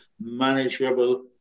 manageable